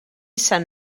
sant